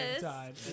time